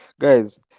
guys